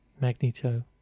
Magneto